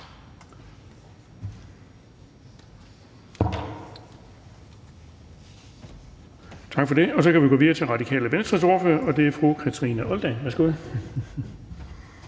ordføreren. Så kan vi gå videre til Radikale Venstres ordfører, og det er fru Kathrine Olldag. Værsgo.